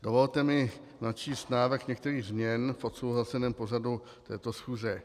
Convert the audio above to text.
Dovolte mi načíst návrh některých změn v odsouhlaseném pořadu této schůze.